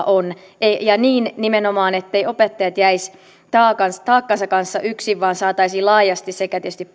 on ja nimenomaan niin etteivät opettajat jäisi taakkansa taakkansa kanssa yksin vaan saataisiin laajasti sekä tietysti perheet